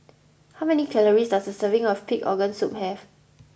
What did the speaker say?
how many calories does a serving of Pig'S organ soup have